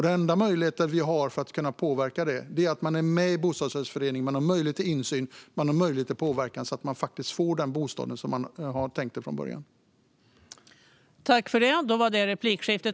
Den enda möjlighet man har att kunna påverka det är att vara med i en bostadsrättsförening och ha möjlighet till insyn och påverkan så att man får den bostad som man från början tänkt.